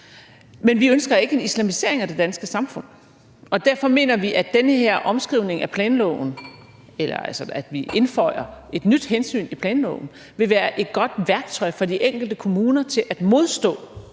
Men vi ønsker ikke en islamisering af det danske samfund. Derfor mener vi, at den her omskrivning af planloven, eller at vi indføjer et nyt hensyn i planloven, vil være et godt værktøj for de enkelte kommuner til at modstå